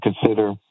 consider